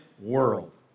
world